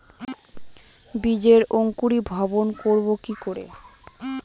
বীজের অঙ্কুরিভবন করব কি করে?